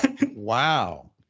Wow